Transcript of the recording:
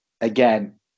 again